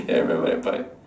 eh I remember that part